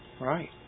Right